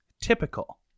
typical